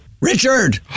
Richard